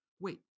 wait